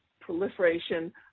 proliferation